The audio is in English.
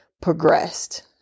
progressed